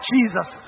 Jesus